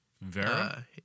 Vera